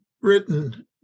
written